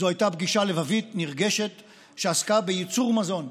זו הייתה פגישה לבבית, נרגשת, שעסקה בייצור מזון,